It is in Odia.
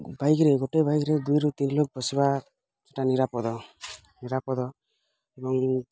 ବାଇକ୍ରେ ଗୋଟେ ବାଇକ୍ରେ ଦୁଇ ରୁ ତିନି ଲୋକ ବସିବା ସେଇଟା ନିରାପଦ ନିରାପଦ ଏବଂ